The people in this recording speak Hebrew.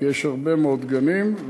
כי יש הרבה מאוד גנים,